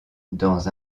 dans